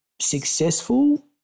successful